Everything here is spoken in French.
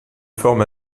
forme